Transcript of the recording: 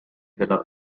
della